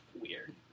weird